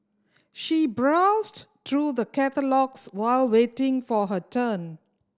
she browsed through the catalogues while waiting for her turn